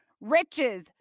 riches